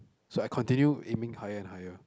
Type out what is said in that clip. so I continue aiming higher and higher